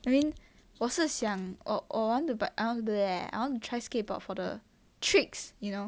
I mean 我是想 oh I want to oh I want to try skateboard for the tricks you know